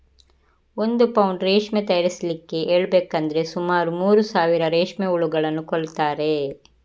ಒಂದು ಪೌಂಡ್ ರೇಷ್ಮೆ ತಯಾರಿಸ್ಲಿಕ್ಕೆ ಹೇಳ್ಬೇಕಂದ್ರೆ ಸುಮಾರು ಮೂರು ಸಾವಿರ ರೇಷ್ಮೆ ಹುಳುಗಳನ್ನ ಕೊಲ್ತಾರೆ